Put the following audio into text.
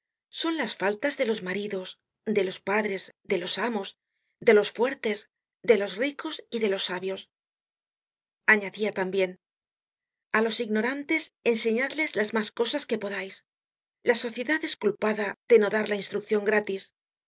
son las faltas de los maridos de los padres de los amos de los fuertes de los ricos y de los sabios anadia tambien a los ignorantes enseñadles las mas cosas que podais la sociedad es culpada de no dar la instruccion gratis